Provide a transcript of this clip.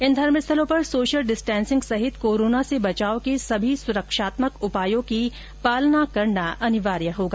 इन धर्मस्थलों पर social distancing सहित कोरोना से बचाव के सभी सुरक्षात्मक उपायों की पालना करना अनिवार्य होगा